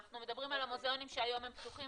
אנחנו מדברים על המוזיאונים שהיום הם פתוחים,